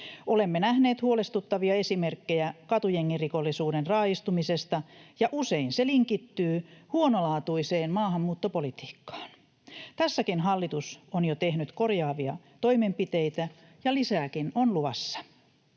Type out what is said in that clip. Olemme nähneet huolestuttavia esimerkkejä katujengirikollisuuden raaistumisesta, ja usein se linkittyy huonolaatuiseen maahanmuuttopolitiikkaan. Tässäkin hallitus on jo tehnyt korjaavia toimenpiteitä, ja lisääkin on luvassa.